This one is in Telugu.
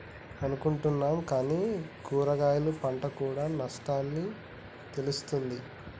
అనుకుంటున్నాం కానీ కూరగాయలు పంట కూడా నష్టాల్ని తెస్తుంది